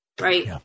Right